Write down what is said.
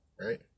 right